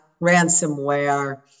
ransomware